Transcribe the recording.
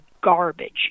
garbage